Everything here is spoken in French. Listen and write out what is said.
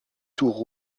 tours